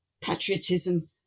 patriotism